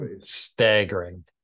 staggering